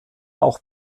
auch